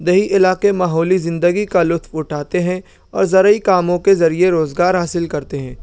دیہی علاقے ماحولی زندگی کا لطف اٹھاتے ہیں اور زرعی کاموں کے ذریعے روزگار حاصل کرتے ہیں